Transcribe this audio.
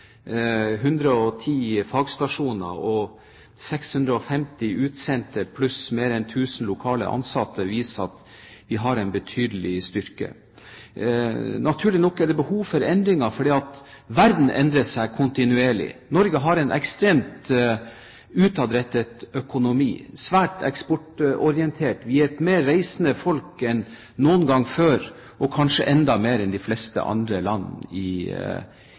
110 fagstasjoner og 650 utsendte, pluss mer enn 1 000 lokale ansatte viser at vi har en betydelig styrke. Naturlig nok er det behov for endringer, for verden endrer seg kontinuerlig. Norge har en ekstremt utadrettet økonomi – svært eksportorientert. Vi er et mer reisende folk enn noen gang før, kanskje enda mer enn de fleste andre land i